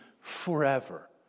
forever